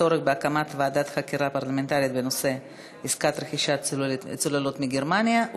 הצורך בהקמת ועדת חקירה פרלמנטרית בנושא עסקת רכישת צוללות מגרמניה.